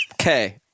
Okay